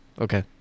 Okay